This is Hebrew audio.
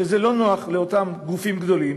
שזה לא נוח לאותם גופים גדולים,